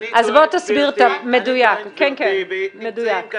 אני הזמנתי פיצה הביתה,